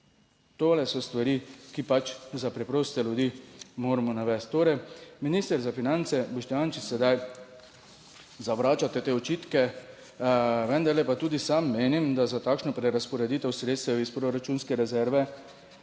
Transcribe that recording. Tole so stvari, ki pač za preproste ljudi moramo navesti. Torej, minister za finance Boštjančič sedaj zavračate te očitke, vendarle pa tudi sam menim, da za takšno prerazporeditev sredstev iz proračunske rezerve,